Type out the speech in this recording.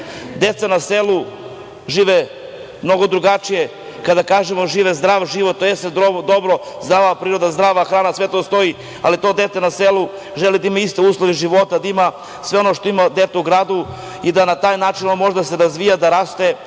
decu. Deca na selu žive mnogo drugačije, žive zdrav život, to jest dobro. Zdrava priroda, zdrava hrana, sve to postoji, ali to dete na selu želi da ima iste uslove života, da ima sve ono što ima dete u gradu i da na taj način ono može da se razvija, da raste. To